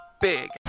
big